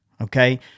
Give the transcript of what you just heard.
okay